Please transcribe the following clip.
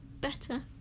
better